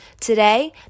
Today